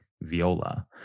viola